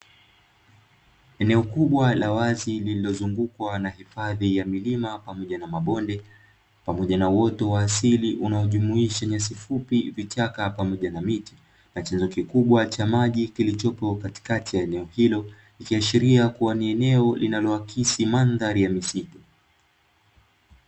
Eneo kubwa la wazi likizungukwa na hifadhi ya milima pamoja na mabonde pamoja na uoto wa asili unaojumuisha nyasi fupi, vichaka pamoja na miti na chanzo kikubwa cha maji kilichopo katikati ya eneo hilo, ikiashiria kubwa ni eneo linaloakisi mandhari ya misitu.